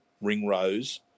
Ringrose